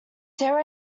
there